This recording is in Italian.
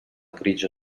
grigio